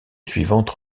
suivante